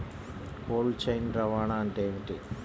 Cold chain రవాణా అంటే ఏమిటీ?